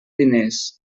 diners